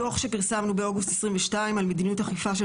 מדוח שפרסמנו באוגוסט 2022 על מדיניות אכיפה של